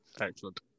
Excellent